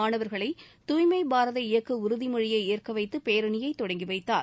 மாணவர்களை தூய்மை பாரத இயக்க உறுதிமொழியை ஏற்க வைத்துப் பேரணியை தொடங்கி வைத்தார்